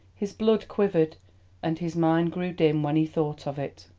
his blood quivered and his mind grew dim when he thought of it.